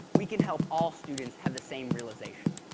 we can help all students have the same realization.